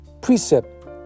precept